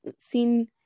seen